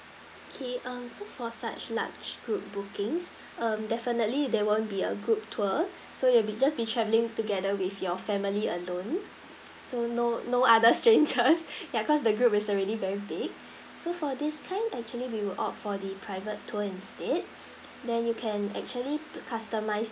okay um so for such large group bookings um definitely there won't be a group tour so you will be just be travelling together with your family alone so no no other strangers yeah cause the group is already very big so for this kind actually we will opt for the private tour instead then you can actually customise